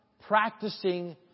practicing